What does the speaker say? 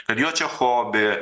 kad jo čia hobi